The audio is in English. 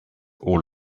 all